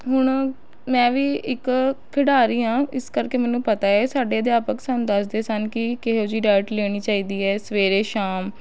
ਹੁਣ ਮੈਂ ਵੀ ਇੱਕ ਖਿਡਾਰੀ ਹਾਂ ਇਸ ਕਰਕੇ ਮੈਨੂੰ ਪਤਾ ਏ ਸਾਡੇ ਅਧਿਆਪਕ ਸਾਨੂੰ ਦੱਸਦੇ ਸਨ ਕਿ ਕਿਹੋ ਜਿਹੀ ਡਾਈਟ ਲੈਣੀ ਚਾਹੀਦੀ ਹੈ ਸਵੇਰੇ ਸ਼ਾਮ